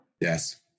Yes